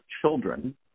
Children